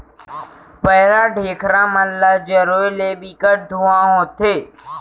पैरा, ढेखरा मन ल जरोए ले बिकट के धुंआ होथे